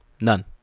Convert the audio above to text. None